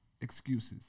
excuses